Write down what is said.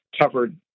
covered